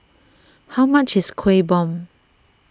how much is Kueh Bom